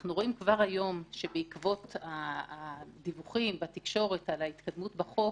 אנחנו רואים כבר היום שבעקבות הדיווחים בתקשורת על ההתקדמות בחוק,